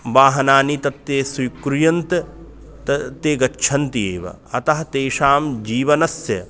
वाहनानि तत् ते स्वीकुर्यात् ते ते गच्छन्ति एव अतः तेषां जीवनस्य